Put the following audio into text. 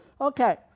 Okay